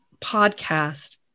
podcast